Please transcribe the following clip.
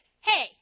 hey